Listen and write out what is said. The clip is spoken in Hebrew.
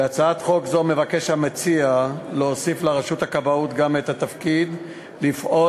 בהצעת חוק זו מבקש המציע להוסיף לרשות הכבאות גם את התפקיד לפעול